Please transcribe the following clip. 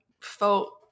felt